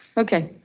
okay.